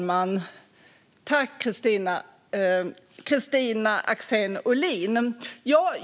Fru talman!